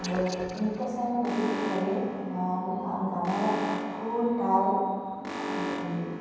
আৰু নৃত্য চাই মোৰ বহুত ভাল লাগে গানৰ সুৰ তাল